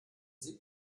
sieht